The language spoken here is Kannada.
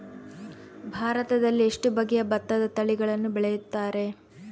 ಭಾರತದಲ್ಲಿ ಎಷ್ಟು ಬಗೆಯ ಭತ್ತದ ತಳಿಗಳನ್ನು ಬೆಳೆಯುತ್ತಾರೆ?